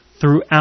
throughout